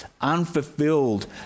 unfulfilled